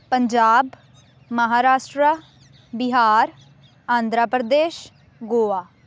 Punjab Maharashtra Bihar Andhra Pradesh Goa